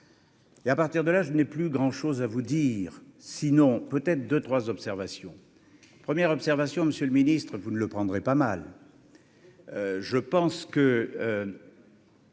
et à partir de là, je n'ai plus grand chose à vous dire, sinon peut-être deux 3 observations : premières observations Monsieur le Ministre, vous ne le prendrez pas mal, je pense que.